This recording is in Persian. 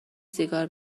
سیگار